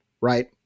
right